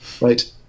right